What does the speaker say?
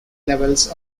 levels